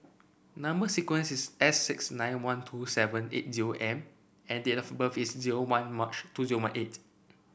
number sequence is S six nine one two seven eight zero M and date of birth is zero one March two zero one eight